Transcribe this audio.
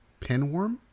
Pinworm